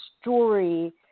story